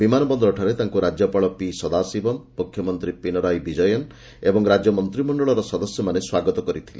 ବିମାନବନ୍ଦରଠାରେ ତାଙ୍କୁ ରାଜ୍ୟପାଳ ପି ସଦାଶିବମ୍ ମୁଖ୍ୟମନ୍ତ୍ରୀ ପିନରାଇ ବିଜୟନ୍ ଏବଂ ରାଜ୍ୟ ମନ୍ତିମଣ୍ଡଳ ସଦସ୍ୟମାନେ ସ୍ୱାଗତ କରିଥିଲେ